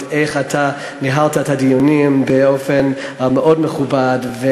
איך אתה ניהלת את הדיונים באופן מאוד מכובד.